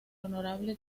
honorable